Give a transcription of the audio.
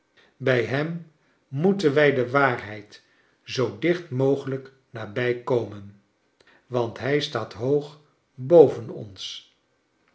bij hem moeten wij de waarheid zoo dicht mogelijk nabij komen want hij staat hoog boven ons